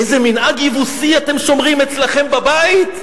איזה מנהג יבוסי אתם שומרים אצלכם בבית?